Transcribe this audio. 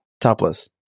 topless